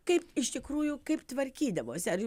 kaip iš tikrųjų kaip tvarkydavosi ar